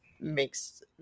makes